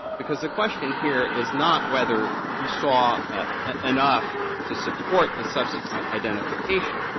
because the question here is not whether he saw ah enough to support the subsequent identification.